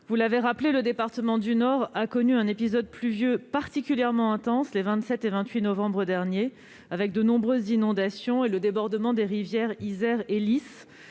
vous l'avez rappelé, le département du Nord a connu un épisode pluvieux particulièrement intense les 27 et 28 novembre derniers, lequel a provoqué de nombreuses inondations et le débordement des rivières Yser et Lys,